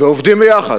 ועובדים ביחד.